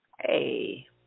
Hey